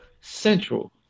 central